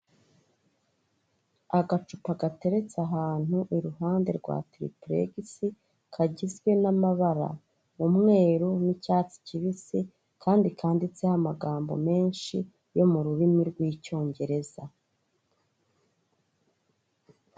Agacupa gateretse ahantu iruhande rwa triplex kagizwe n'amabara umweru, n'icyatsi kibisi. Kandi kanditseho amagambo menshi yo mu rurimi rw'Icyongereza.